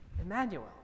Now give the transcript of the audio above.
Emmanuel